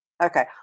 Okay